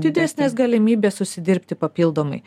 didesnės galimybės užsidirbti papildomai